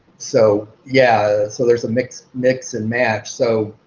so yeah, so there's a mix mix and match. so